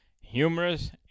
humorous